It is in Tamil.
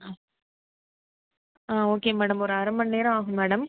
ஆ ஆ ஓகே மேடம் ஒரு அரை மணி நேரம் ஆகும் மேடம்